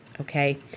okay